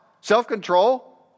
Self-control